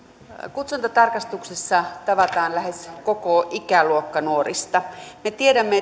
kutsuntatarkastuksessa tavataan lähes koko ikäluokka nuorista me tiedämme